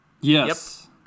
yes